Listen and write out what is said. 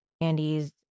andy's